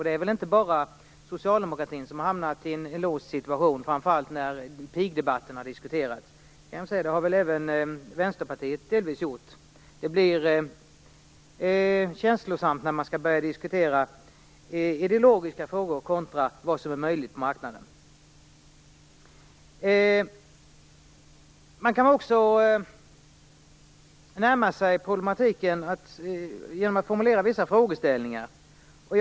Det är nog inte bara socialdemokratin som hamnat i ett låst läge, framför allt i pigdebatten, utan det har väl även Vänsterpartiet delvis gjort. Det blir känslosamt när man skall diskutera ideologiska frågor kontra vad som är möjligt beträffande marknaden. Man kan också närma sig problematiken genom att formulera vissa frågor.